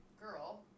girl